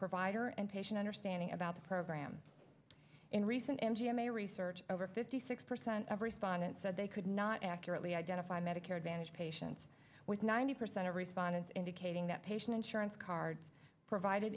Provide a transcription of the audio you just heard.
provider and patient understanding about the program in recent m d m a research over fifty six percent of respondents said they could not accurately identify medicare advantage patients with ninety percent of respondents indicating that patient insurance cards provided